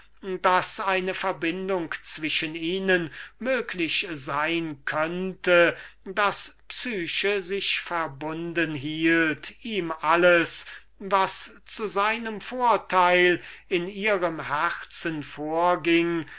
daß eine rechtmäßige verbindung zwischen ihnen möglich sein könnte daß psyche sich verbunden hielt ihm dasjenige was zu seinem vorteil in ihrem herzen vorging